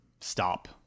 stop